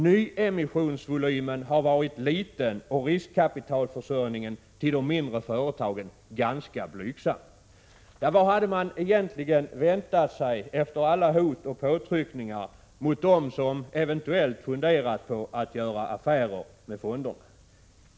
Nyemissionsvolymen har varit liten och riskkapitalförsörjningen till de mindre företagen ganska blygsam. Ja, vad hade man egentligen väntat sig efter alla hot och påtryckningar mot dem som eventuellt funderat på att göra affärer med fonderna?